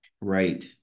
Right